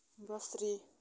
بصری